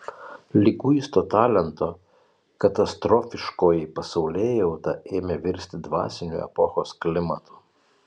liguisto talento katastrofiškoji pasaulėjauta ėmė virsti dvasiniu epochos klimatu